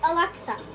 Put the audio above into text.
Alexa